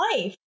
life